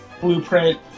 blueprint